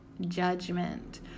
judgment